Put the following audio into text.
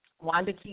Wanda